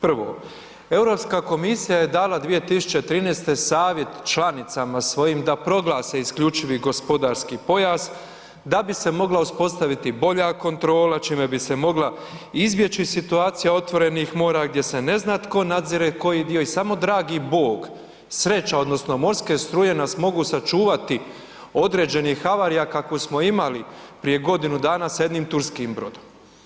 Prvo, Europska komisija je dala 2013. savjet članicama svojim da proglase IGP, da bi se mogla uspostaviti bolja kontrola, čime bi se mogla izbjeći situacija otvorenih mora gdje se ne zna tko nadzire i koji dio i samo dragi Bog, sreća odnosno morske struje nas mogu sačuvati određenih havarija kakvu smo imali prije godinu dana sa jednim turskim brodom.